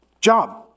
job